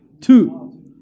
Two